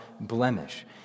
blemish